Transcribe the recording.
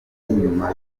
nyuma